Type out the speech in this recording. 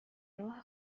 راه